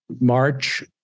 March